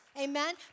Amen